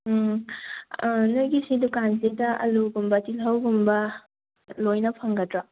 ꯎꯝ ꯅꯣꯏꯒꯤꯁꯤ ꯗꯨꯀꯥꯟꯁꯤꯗ ꯑꯂꯨꯒꯨꯝꯕ ꯇꯤꯜꯍꯧꯒꯨꯝꯕ ꯂꯣꯏꯅ ꯐꯪꯒꯗ꯭ꯔꯥ